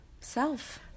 self